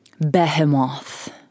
behemoth